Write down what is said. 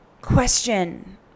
question